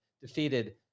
defeated